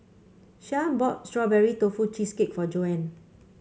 Shyanne bought Strawberry Tofu Cheesecake for Joanne